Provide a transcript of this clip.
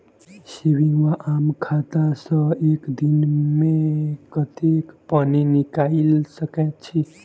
Saving वा आम खाता सँ एक दिनमे कतेक पानि निकाइल सकैत छी?